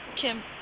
Kim